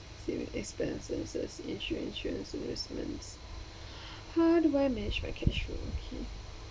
you mean expenses insur~ insurance investments how do I manage my cash flow okay